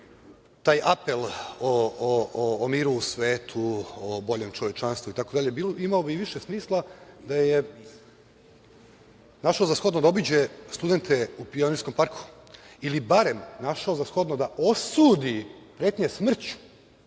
taj apel o miru u svetu, o boljem čovečanstvu, da je našao za shodno da obiđe studente u Pionirskom parku ili barem našao za shodno da osudi pretnje smrću